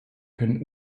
können